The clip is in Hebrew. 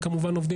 אתייחס.